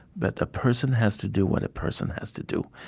but the person has to do what a person has to do.